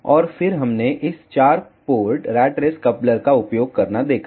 और फिर हमने इस 4 पोर्ट रैट रेस कपलर का उपयोग करना देखा